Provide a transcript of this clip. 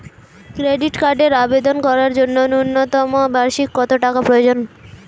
Credit কার্ডের আবেদন করার জন্য ন্যূনতম বার্ষিক কত টাকা প্রয়োজন?